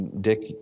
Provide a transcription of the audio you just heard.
Dick